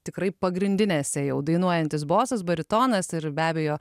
tikrai pagrindinėse jau dainuojantis bosas baritonas ir be abejo